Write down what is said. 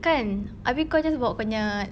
kan habis kau just bawa kau punya